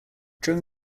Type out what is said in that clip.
during